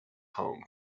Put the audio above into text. home